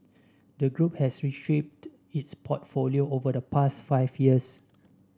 the group has reshaped its portfolio over the past five years